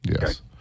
yes